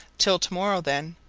till to-morrow, then,